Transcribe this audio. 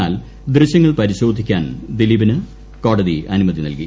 എന്നാൽ ദൃശ്യങ്ങൾ പരിശോധിക്കാൻ ദിലീപിന് കോടതി അനുമതി നൽകി